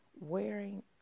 wearing